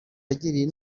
yagiriye